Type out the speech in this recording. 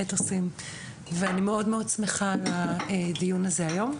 אתוסים ואני מאוד מאוד שמחה על הדיון הזה היום.